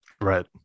right